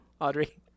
Audrey